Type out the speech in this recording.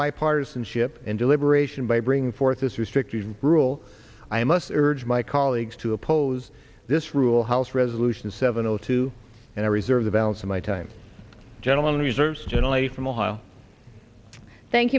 bipartisanship and deliberation by bringing forth this restrictive rule i must urge my colleagues to oppose this rule house resolution seven o two and i reserve the balance of my time gentleman reserves generally from ohio thank